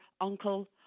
uncle